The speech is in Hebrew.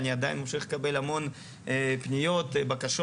אני עדיין ממשיך לקבל המון פניות ובקשות.